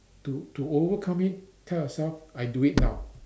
to to overcome it tell yourself I do it now